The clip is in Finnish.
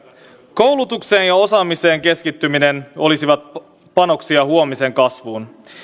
koulutukseen ja osaamiseen keskittyminen olisivat panoksia huomisen kasvuun